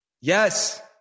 Yes